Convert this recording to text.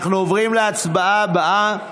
אנחנו עוברים להצבעה הבאה,